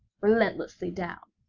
relentlessly down!